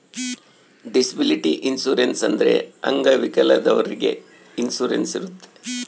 disability insurance ಅಂದ್ರೆ ಅಂಗವಿಕಲದವ್ರಿಗೆ insurance ಇರುತ್ತೆ